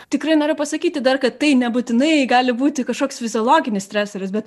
tikrai noriu pasakyti dar kad tai nebūtinai gali būti kažkoks fiziologinis stresorius bet